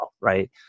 right